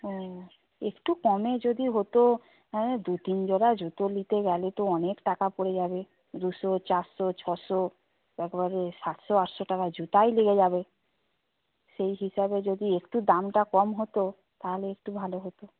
হ্যাঁ একটু কমে যদি হতো দু তিন জোড়া জুতো নিতে গেলে তো অনেক টাকা পড়ে যাবে দুশো চারশো ছশো একেবারে সাতশো আটশো টাকার জুতোই লেগে যাবে সেই হিসাবে যদি একটু দামটা কম হতো তাহলে একটু ভালো হতো